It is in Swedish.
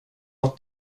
att